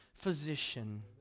physician